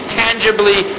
tangibly